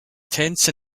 tense